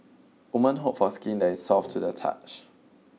women hope for skin that is soft to the touch